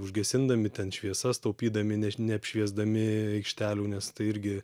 užgesindami ten šviesas taupydami neš neapšviesdami aikštelių nes tai irgi